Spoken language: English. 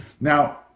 Now